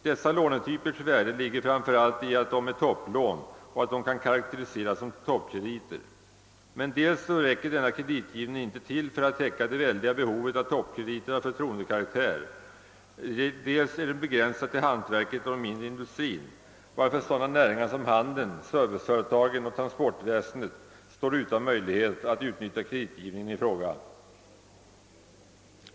Dessa lånetypers värde ligger framför allt i att de kan karakteriseras som toppkrediter, men dels räcker inte denna kreditgivning till för att täcka det väldiga behovet av toppkrediter av förtroendekaraktär, dels är den begränsad till hantverket och den mindre industrin, varför sådana näringsgrenar som handel, serviceföretag och transportväsende står utan möjlighet att utnyttja kreditgivningen i fråga.